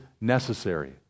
Necessary